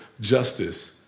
justice